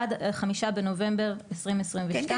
עד 5 בנובמבר 2022. כן,